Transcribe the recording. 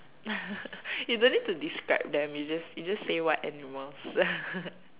you don't need to describe them you just you just say what animals